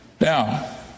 Now